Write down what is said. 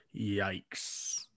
Yikes